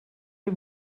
you